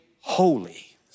holy